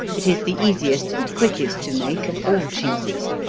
it is the easiest and quickest to make of all cheeses,